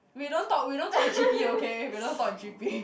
we don't talk we dont't talk G_P okay we don't talk G_P